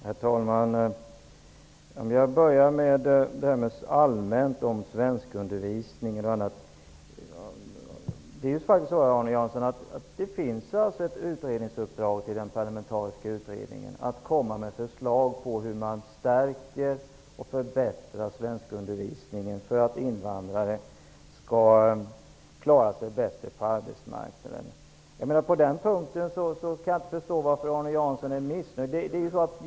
Herr talman! Låt mig börja med svenskundervisningen rent allmänt. Det finns, Arne Jansson, ett utredningsuppdrag till den parlamentariska utredningen att komma med förslag till hur man skall kunna förstärka och förbättra svenskundervisningen för att invandrare skall kunna klara sig bättre på arbetsmarknaden. På den punkten kan jag inte förstå varför Arne Jansson är missnöjd.